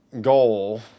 goal